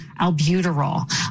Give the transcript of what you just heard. albuterol